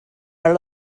are